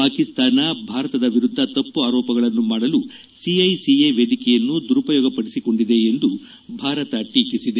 ಪಾಕಿಸ್ತಾನ ಭಾರತದ ವಿರುದ್ಧ ತಪ್ಪು ಆರೋಪಗಳನ್ನು ಮಾಡಲು ಸಿಐಸಿಎ ವೇದಿಕೆಯನ್ನು ದುರುಪಯೋಗಪಡಿಸಿಕೊಂಡಿದೆ ಎಂದು ಭಾರತ ಟೀಕಿಸಿದೆ